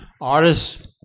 Artists